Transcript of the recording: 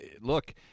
Look